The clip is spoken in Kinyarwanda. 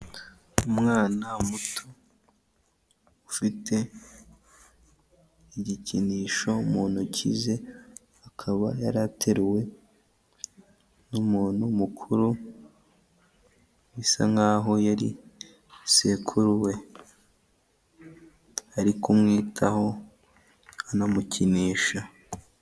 Umwana muto ufite igikinisho mu ntoki ze akaba yari ateruwe n'umuntu mukuru, bisa nk'aho yari sekuru we ari kumwitaho anamukinisha.